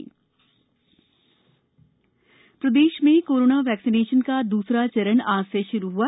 corona vaccination प्रदेश प्रदेश में कोरोना वैक्सीनेशन का दूसरा चरण आज से श्रू हुआ